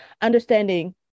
understanding